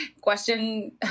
question